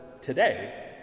today